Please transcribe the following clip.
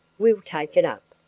we'll take it up.